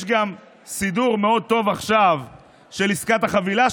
יש גם סידור מאוד טוב עכשיו של עסקת החבילה.